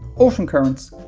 ocean currents,